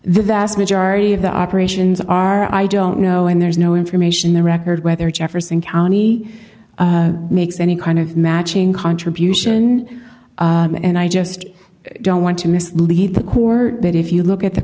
the vast majority of the operations are i don't know and there's no information the record whether jefferson county makes any kind of matching contribution and i just don't want to mislead the court but if you look at the